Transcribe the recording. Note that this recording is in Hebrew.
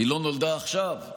היא לא נולדה עכשיו,